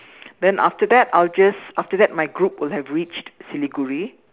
then after that I will just after that my group will have reached Siliguri